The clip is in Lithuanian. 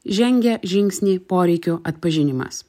žengė žingsnį poreikių atpažinimas